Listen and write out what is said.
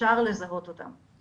אפשר לזהות אותם.